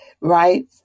Right